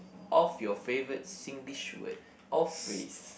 of your favorite Singlish word or phrase